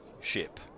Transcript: ship